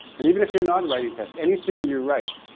and even if you're not writing tests, anything you write,